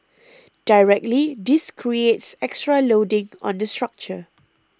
directly this creates extra loading on the structure